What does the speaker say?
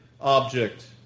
object